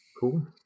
Cool